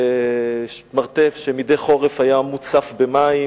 מרתף שמדי חורף היה מוצף במים,